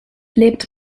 lebt